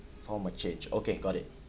perform a change okay got it